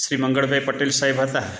Shri Mangalbhai Patel saheb હતા